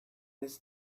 this